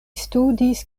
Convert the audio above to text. studis